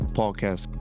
podcast